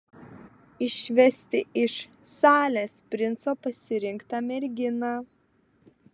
išvesti iš salės princo pasirinktą merginą